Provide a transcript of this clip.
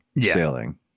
sailing